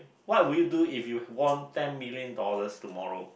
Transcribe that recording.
what would you do if you won ten million dollars tomorrow